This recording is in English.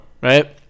right